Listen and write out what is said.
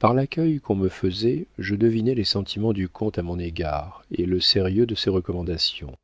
par l'accueil qu'on me faisait je devinais les sentiments du comte à mon égard et le sérieux de ses recommandations